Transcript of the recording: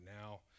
now